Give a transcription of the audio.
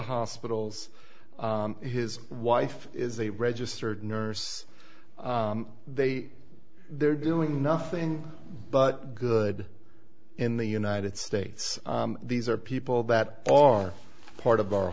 hospitals his wife is a registered nurse they they're doing nothing but good in the united states these are people that are part of our